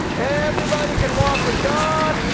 everybody can walk with god.